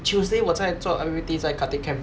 tuesday 我在做 I_P_P_T 在 khatib camp